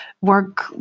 work